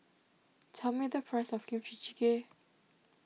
tell me the price of Kimchi Jjigae